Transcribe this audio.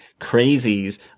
crazies